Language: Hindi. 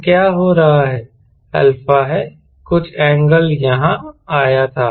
तो क्या हो रहा है α है कुछ एंगल यहाँ आया था